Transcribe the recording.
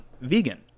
vegan